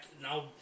Now